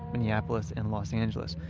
minneapolis, and los angeles,